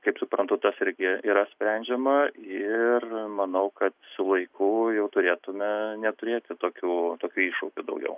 kaip suprantu tas irgi yra sprendžiama ir manau kad su laiku jau turėtume neturėti tokių tokių iššūkių daugiau